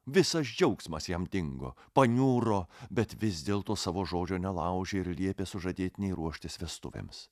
visas džiaugsmas jam dingo paniuro bet vis dėlto savo žodžio nelaužė ir liepė sužadėtinei ruoštis vestuvėms